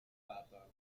papa